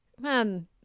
man